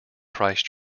christ